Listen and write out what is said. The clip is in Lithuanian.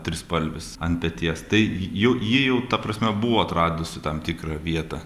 trispalvis ant peties tai j ji jau ta prasme buvo atradusi tam tikrą vietą